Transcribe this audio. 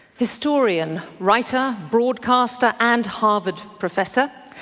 historian, writer, broadcaster and harvard professor.